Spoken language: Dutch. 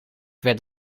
werd